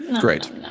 Great